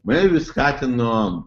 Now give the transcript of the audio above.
mane vis skatino